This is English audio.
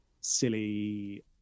silly